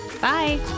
Bye